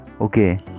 okay